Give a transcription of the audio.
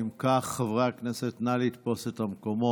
אם כך, חברי הכנסת, נא לתפוס את המקומות.